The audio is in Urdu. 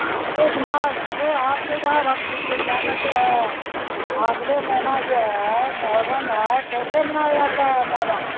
جناب ارے آپ کے یہاں یہ کیا کہتے ہیں اگلے مہینہ جو ہے محرم ہے کیسے منایا جاتا ہے محرم